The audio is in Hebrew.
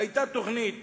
היתה תוכנית